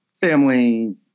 Family